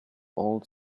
old